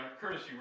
Courtesy